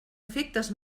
efectes